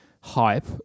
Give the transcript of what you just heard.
hype